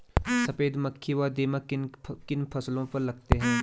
सफेद मक्खी व दीमक किन किन फसलों पर लगते हैं?